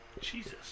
Jesus